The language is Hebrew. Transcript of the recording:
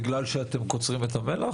בגלל שאתם קוצרים את המלח,